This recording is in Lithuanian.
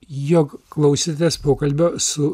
jog klausėtės pokalbio su